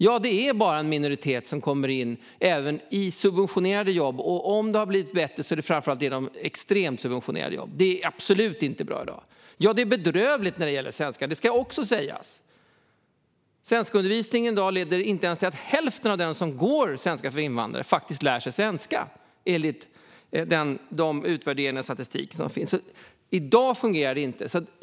Ja, det är bara en minoritet som kommer in även i subventionerade jobb, och om det har blivit bättre är det framför allt genom extremt subventionerade jobb. Det är absolut inte bra i dag. Ja, det är bedrövligt när det gäller svenskan. Det ska också sägas. Svenskundervisningen i dag leder inte ens till att hälften av dem som går sfi faktiskt lär sig svenska, enligt de utvärderingar och den statistik som finns. I dag fungerar det alltså inte.